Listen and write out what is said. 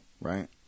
right